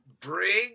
Bring